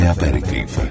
Aperitif